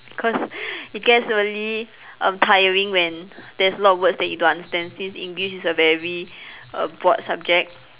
cause it gets really err tiring when there's a lot of words you don't understand since English is a very err broad subject